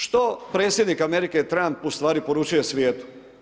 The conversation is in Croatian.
Što predsjednik Amerike Trump ustvari poručuje svijetu?